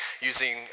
using